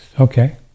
okay